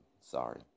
Sorry